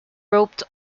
roped